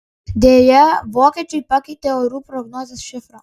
deja vokiečiai pakeitė orų prognozės šifrą